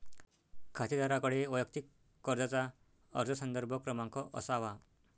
खातेदाराकडे वैयक्तिक कर्जाचा अर्ज संदर्भ क्रमांक असावा